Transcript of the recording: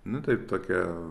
nu taip tokia